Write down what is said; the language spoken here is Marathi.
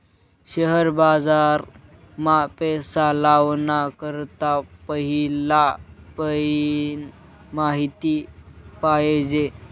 शेअर बाजार मा पैसा लावाना करता पहिला पयीन माहिती पायजे